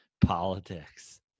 politics